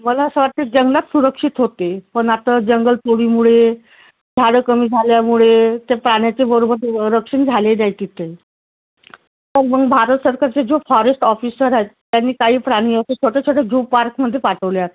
मला असं वाटते जंगलात सुरक्षित होते पण आता जंगलतोडीमुळे झाडं कमी झाल्यामुळे ते प्राण्याचे बरोबर ते रक्षण झाले नाही तिथे तर म्हणून भारत सरकारचे जो फॉरेस्ट ऑफिसर आहेत त्यांनी काही प्राणी असे छोटे छोटे झू पार्कमध्ये पाठवल्यात